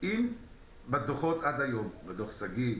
אם בדוחות עד היום בדוח שגיא,